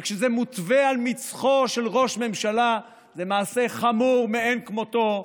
וכשזה מותווה על מצחו של ראש ממשלה זה מעשה חמור מאין כמותו,